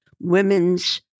women's